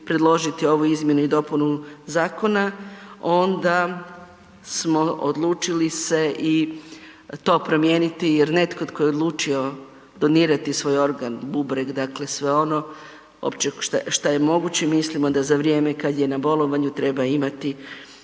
predložiti ovu izmjenu i dopunu zakona onda smo odlučili se i to promijeniti jer netko tko je odlučio donirati svoj organ bubreg dakle sve ono opće što je moguće, mislim da za vrijeme kada je na bolovanju treba imati